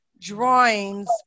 drawings